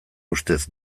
ustez